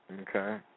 Okay